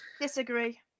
Disagree